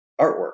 artwork